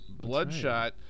Bloodshot